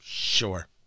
Sure